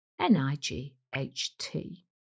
N-I-G-H-T